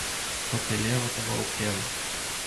kokia lieva tavo auklieva